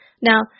Now